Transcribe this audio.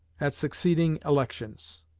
at succeeding elections.